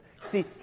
See